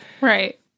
Right